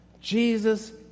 Jesus